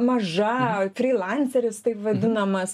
maža frylanceris taip vadinamas